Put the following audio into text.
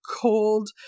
cold